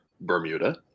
Bermuda